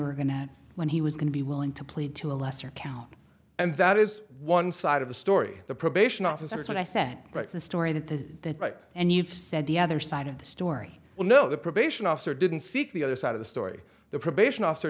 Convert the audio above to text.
were going to when he was going to be willing to plead to a lesser count and that is one side of the story the probation officer says what i said but it's the story that the right and you've said the other side of the story well no the probation officer didn't seek the other side of the story the probation officer